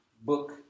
book